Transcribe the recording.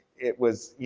it was, yeah